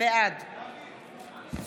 בעד מאיר פרוש, בעד